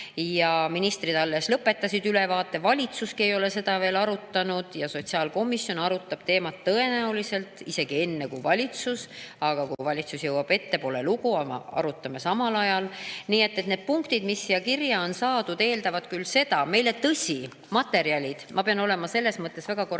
ja ministrid alles lõpetasid ülevaate. Valitsuski ei ole seda veel arutanud ja sotsiaalkomisjon arutab teemat tõenäoliselt isegi enne kui valitsus. Aga kui valitsus jõuab ette, pole lugu, arutame samal ajal. Nii et need punktid, mis siia kirja on saanud, eeldavad küll seda ... Tõsi, ma pean olema selles mõttes väga korrektne